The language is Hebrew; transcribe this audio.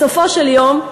בסופו של דבר,